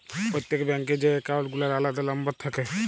প্রত্যেক ব্যাঙ্ক এ যে একাউল্ট গুলার আলাদা লম্বর থাক্যে